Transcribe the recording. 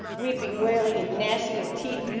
weeping, wailing and gnashing of teeth,